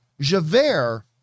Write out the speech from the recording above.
Javert